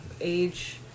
age